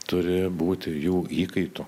turi būti jų įkaitu